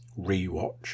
rewatch